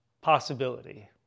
possibility